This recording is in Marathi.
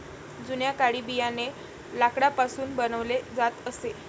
जुन्या काळी बियाणे लाकडापासून बनवले जात असे